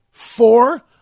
Four